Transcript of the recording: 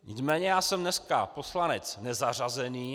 Nicméně já jsem dneska poslanec nezařazený.